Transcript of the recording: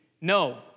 No